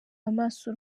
amaso